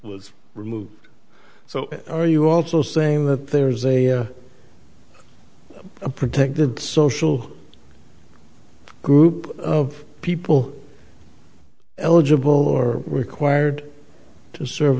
was removed so are you also saying that there is a protected social group of people eligible or were required to serve